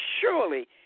Surely